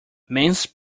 mince